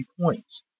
points